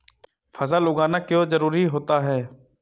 फसल उगाना क्यों जरूरी होता है?